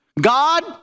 God